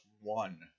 one